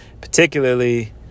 Particularly